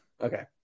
okay